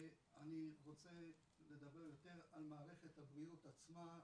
אני רוצה לדבר יותר על מערכת הבריאות עצמה,